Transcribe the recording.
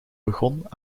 begon